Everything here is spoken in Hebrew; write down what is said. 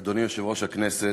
אדוני יושב-ראש הכנסת,